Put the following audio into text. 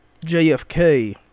JFK